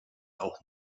auch